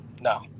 no